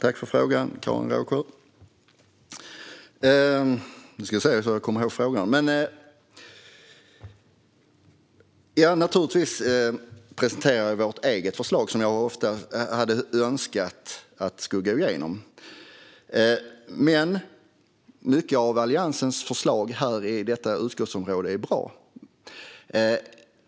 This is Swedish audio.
Herr talman! Tack, Karin Rågsjö, för frågorna! Naturligtvis presenterar jag vårt eget förslag, som jag önskar hade gått igenom. Men mycket av Alliansens förslag inom detta utgiftsområde är bra.